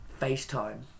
FaceTime